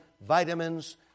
vitamins